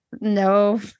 no